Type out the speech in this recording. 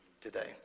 today